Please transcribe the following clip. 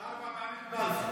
ארבע פעמים בבלפור.